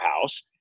house